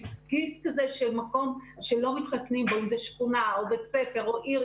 כיס כזה של מקום שלא מתחסנים בו אם זה שכונה או בית ספר או עיר,